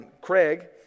Craig